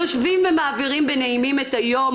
יושבים ומעבירים בנעימים את היום.